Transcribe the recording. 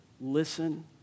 listen